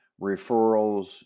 referrals